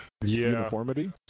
Uniformity